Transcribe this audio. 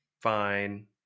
fine